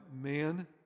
man